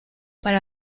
para